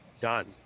done